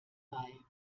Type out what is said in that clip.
bei